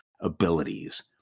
abilities